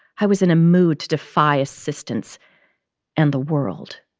i was in a mood to defy assistance and the world